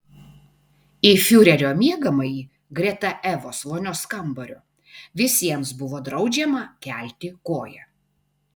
į fiurerio miegamąjį greta evos vonios kambario visiems buvo draudžiama kelti koją